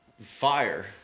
Fire